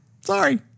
Sorry